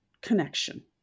connection